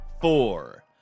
four